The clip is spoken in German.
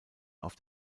auf